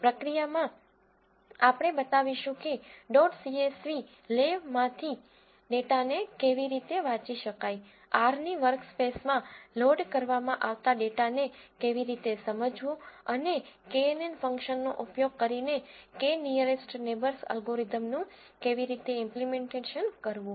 પ્રક્રિયામાં આપણે બતાવીશું કે ડોટ સીએસવી લે માંથી ડેટાને કેવી રીતે વાંચી શકાય R ની વર્કસ્પેસમાં લોડ કરવામાં આવતા ડેટાને કેવી રીતે સમજવું અને knn ફંક્શનનો ઉપયોગ કરીને k નીઅરેસ્ટ નેબર્સઅલ્ગોરિધમનું કેવી રીતે ઈમ્પલીમેન્ટેશન કરવું